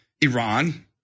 Iran